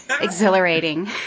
exhilarating